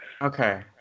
Okay